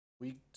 Week